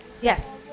Yes